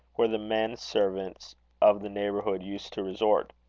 where the men-servants of the neighbourhood used to resort.